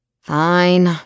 Fine